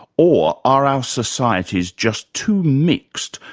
or are our societies just too mixed,